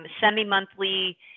semi-monthly